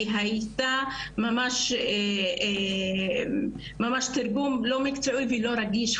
והיה ממש תרגום לא מקצועי ולא רגיש.